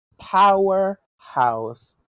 powerhouse